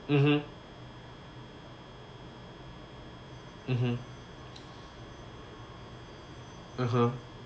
mmhmm mmhmm (uh huh)